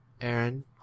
Aaron